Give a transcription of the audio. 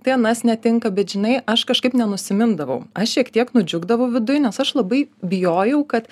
tai anas netinka bet žinai aš kažkaip nenusimindavau aš šiek tiek nudžiugdavau viduj nes aš labai bijojau kad